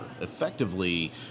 Effectively